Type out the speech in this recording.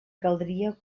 caldria